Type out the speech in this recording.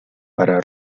para